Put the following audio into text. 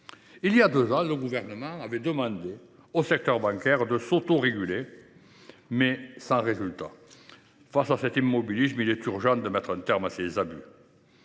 Il y a deux ans, le Gouvernement avait demandé au secteur bancaire de s’autoréguler, mais sans résultat. Face à cet immobilisme, il est urgent de mettre un terme à ces abus.